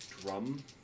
drum